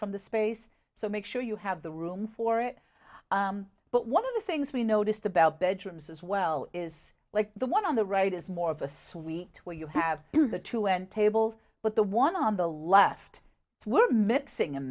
from the space so make sure you have the room for it but one of the things we noticed about bedrooms as well is like the one on the right is more of a suite where you have the two end tables but the one on the left we're mixing and